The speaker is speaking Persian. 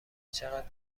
چقد